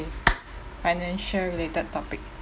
financial related topic